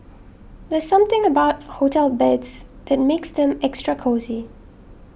there's something about hotel beds that makes them extra cosy